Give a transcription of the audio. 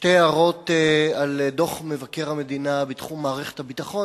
שתי הערות על דוח מבקר המדינה בתחום מערכת הביטחון,